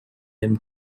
him